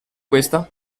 questa